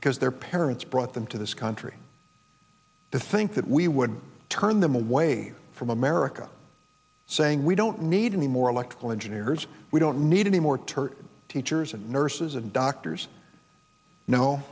because their parents brought them to this country to think that we would turn them away from america saying we don't need any more electrical engineers we don't need any more ter teachers and nurses and doctors no